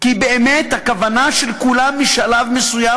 כי באמת הכוונה של כולם משלב מסוים